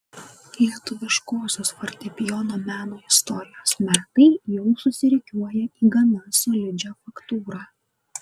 lietuviškosios fortepijono meno istorijos metai jau susirikiuoja į gana solidžią faktūrą